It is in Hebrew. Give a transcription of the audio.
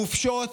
חופשות,